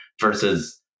Versus